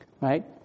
Right